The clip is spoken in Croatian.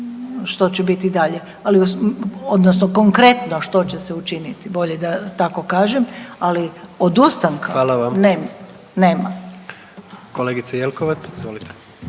što će biti dalje. Ali, odnosno konkretno što će se učiniti, bolje da tako kažem, ali odustanka nema.